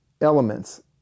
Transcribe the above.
elements